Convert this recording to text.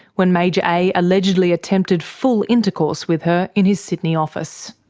when major a allegedly attempted full intercourse with her in his sydney office.